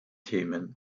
themen